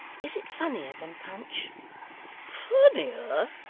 is it funnier than punch funnier!